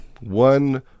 one